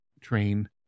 train